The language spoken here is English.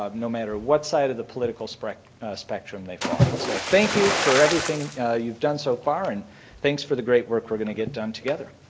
no matter what side of the political spectrum spectrum they fall on. so thank you for everything you've done so far, and thanks for the great work we're going to get done together.